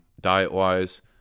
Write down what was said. diet-wise